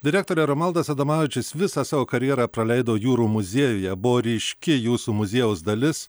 direktore romaldas adomavičius visą savo karjerą praleido jūrų muziejuje buvo ryški jūsų muziejaus dalis